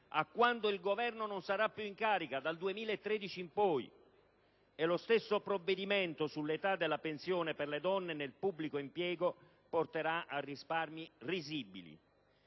a quando il Governo non sarà più in carica, dal 2013 in poi. E lo stesso provvedimento sull'età della pensione per le donne nel pubblico impiego porterà a risparmi risibili.